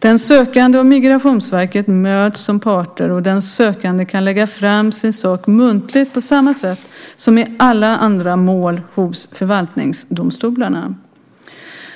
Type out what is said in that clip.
Den sökande och Migrationsverket möts som parter, och den sökande kan lägga fram sin sak muntligt på samma sätt som i alla andra mål hos förvaltningsdomstolarna.